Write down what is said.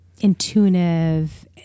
intuitive